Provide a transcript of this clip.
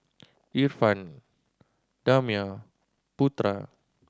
Irfan Damia Putra